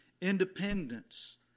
independence